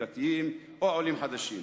דתיים או עולים חדשים.